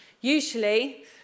usually